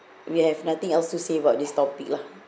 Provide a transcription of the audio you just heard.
we have nothing else to say about this topic lah